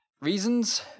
reasons